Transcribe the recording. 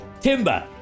Timber